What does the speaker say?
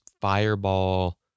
fireball